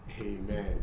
Amen